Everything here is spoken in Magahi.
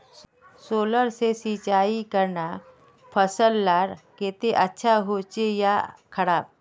सोलर से सिंचाई करना फसल लार केते अच्छा होचे या खराब?